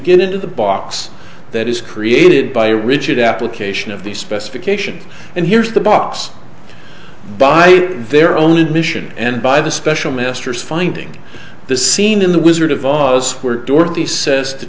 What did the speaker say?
get into the box that is created by rigid application of the specification and here's the box by their own admission and by the special ministers finding the scene in the wizard of oz where dorothy says to